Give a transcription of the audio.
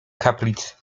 kaplic